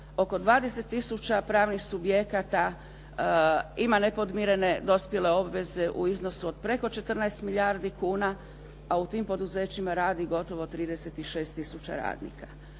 Oko 20 tisuća pravnih subjekata ima nepodmirene dospjele obveze u iznosu od preko 14 milijardi kuna a u tim poduzećima radi gotovo 36 tisuća radnika.